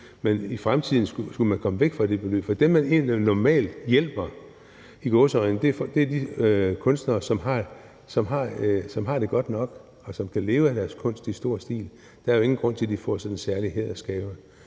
Men i fremtiden skulle man komme væk fra det beløb. Dem, man egentlig normalt hjælper – i gåseøjne – er de kunstnere, som har det godt nok og kan leve af deres kunst i stor stil. Der er jo ingen grund til, at de får sådan en særlig hædersgave.